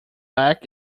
back